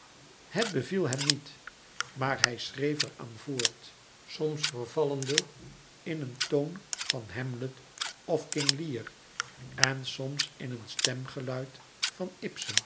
het beviel hem niet maar hij schreef er aan voort soms vervallende in een toon van hamlet of king lear en soms in een stemgeluid van ibsen